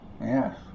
Yes